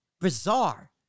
Bizarre